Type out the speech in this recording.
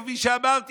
כפי שאמרתי,